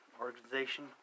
organization